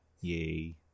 Yay